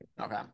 Okay